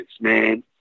man